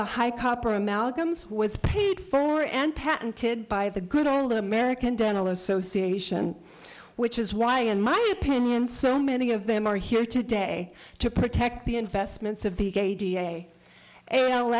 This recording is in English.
the high copper amalgams was paid for and patented by the good old american dental association which is why in my opinion so many of them are here today to protect the investments